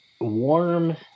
warm